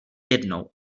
jednou